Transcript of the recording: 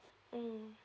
mm